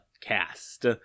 cast